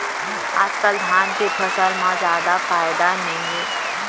आजकाल धान के फसल म जादा फायदा नइये